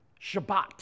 Shabbat